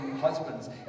husbands